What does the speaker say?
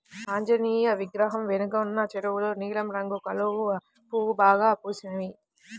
ఆంజనేయ విగ్రహం వెనకున్న చెరువులో నీలం రంగు కలువ పూలు బాగా పూసినియ్